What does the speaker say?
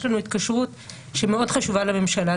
יש לנו התקשרות שהיא מאוד חשובה לממשלה,